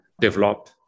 develop